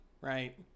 Right